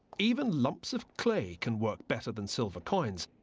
even lumps of clay can work better than silver coins,